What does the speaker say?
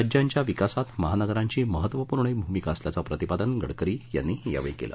राज्यांच्या विकासात महानगरांची महत्त्वपूर्ण भूमिका असल्याचं प्रतिपादन गडकरी यांनी यावेळी केलं